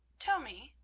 tell me,